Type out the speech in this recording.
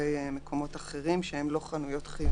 לגבי מקומות אחרים שהם לא חנויות חיוניות.